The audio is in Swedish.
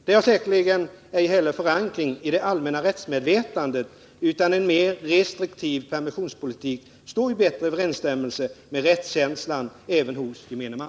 Det har säkerligen ej heller förankring i det allmänna rättsmedvetandet utan en mer restriktiv permissionspolitik står bättre i överensstämmelse med rättskänslan även hos gemene man.”